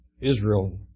Israel